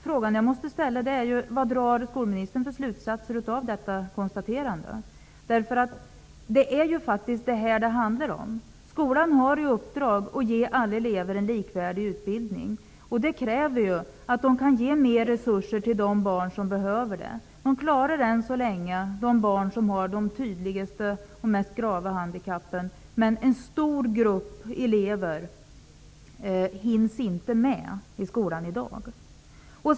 Fråga jag måste ställa är: Vad drar skolministern för slutsatser av detta konstaterande? Det är ju faktist det här det handlar om. Skolan har i uppdrag att ge alla elever en likvärdig utbildning, och det kräver att skolan kan ge mer resurser till de barn som behöver det. Man klarar än så länge de barn som har de tydligaste och mest grava handikappen, men en stor grupp elever hinns inte med i skolan i dag.